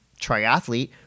triathlete